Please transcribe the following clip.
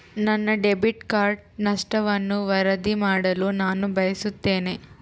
ನನ್ನ debit card ನಷ್ಟವನ್ನು ವರದಿ ಮಾಡಲು ನಾನು ಬಯಸುತ್ತೇನೆ